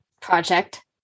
project